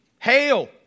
Hail